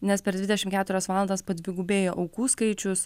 nes per dvidešim keturias valandas padvigubėjo aukų skaičius